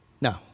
No